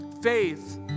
Faith